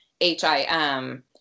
H-I-M